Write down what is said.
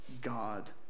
God